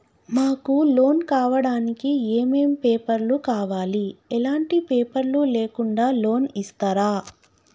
మాకు లోన్ కావడానికి ఏమేం పేపర్లు కావాలి ఎలాంటి పేపర్లు లేకుండా లోన్ ఇస్తరా?